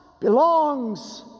belongs